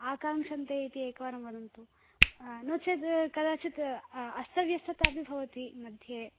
आकाङ्क्षन्ते इति एकवारं वदन्तु नो चेत् कदाचित् अस्तव्यस्ततापि भवति मध्ये